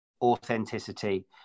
authenticity